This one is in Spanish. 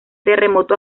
terremoto